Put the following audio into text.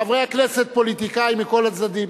חברי הכנסת, פוליטיקאים מכל הצדדים: